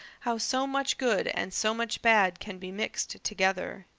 how so much good and so much bad can be mixed together.